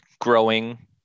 growing